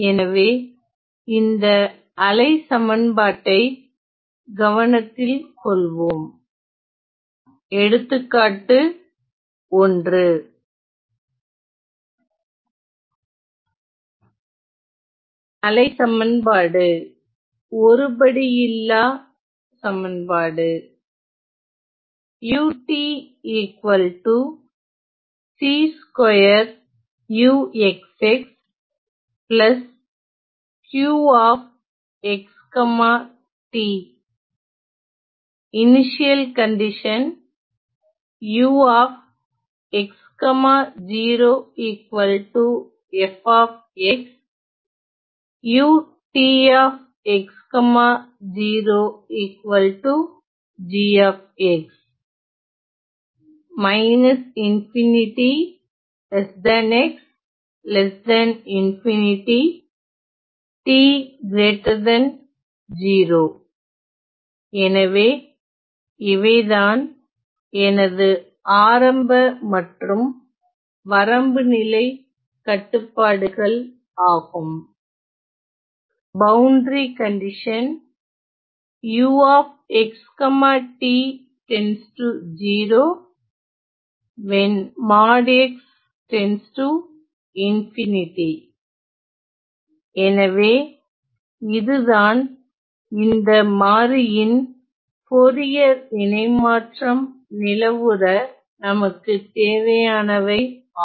எனவே இந்த அலை சமன்பாட்டை கவனத்தில் கொள்வோம் எடுத்துக்காட்டு 1 அலை சமன்பாடு ஒருபடுயில்லா non homogenous எனவே இவைதான் எனது ஆரம்ப மற்றும் வரம்புநிலைக் கட்டுப்பாடுகள் ஆகும் எனவே இதுதான் இந்த மாறியின் போரியர் இணைமாற்றம் நிலவுற நமக்கு தேவையானவை ஆகும்